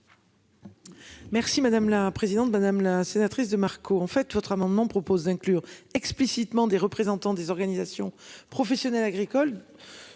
Merci madame la présidente, madame la sénatrice de marque. En fait, votre amendement propose d'inclure explicitement des représentants des organisations professionnelles agricoles,